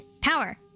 Power